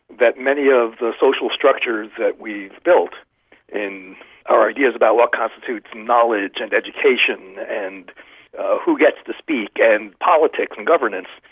that many of the social structures that we've built in our ideas about what constitutes knowledge and education and who gets to speak and politics and governance,